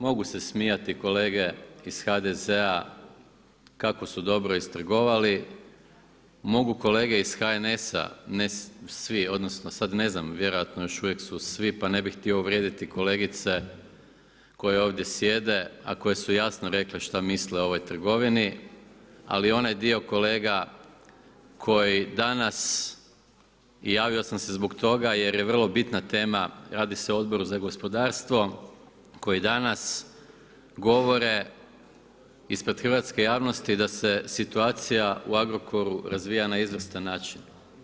Mogu se smijati kolege iz HDZ-a kako su dobro istrgovali, mogu kolege iz HNS-a, ne svi, odnosno sada ne znam, vjerojatno još uvijek su svi, pa ne bih htio uvrijediti kolegice koje ovdje sjede a koje su jasno rekle šta misle o ovoj trgovini, ali onaj dio kolega koji danas, javio sam se zbog toga, jer je vrlo bitna tema, radi se o Odboru za gospodarstvo, koji danas govore ispred hrvatske javnosti da se situacija u Agrokoru razvija na izvrstan način.